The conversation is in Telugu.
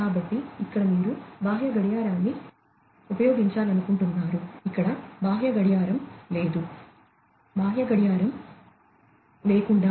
కాబట్టి ఇక్కడ మీరు బాహ్య గడియారాన్ని ఉపయోగించాలనుకుంటున్నారు ఇక్కడ బాహ్య గడియారం లేదు బాహ్య గడియారం లేకుండా